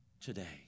Today